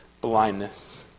blindness